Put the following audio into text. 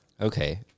Okay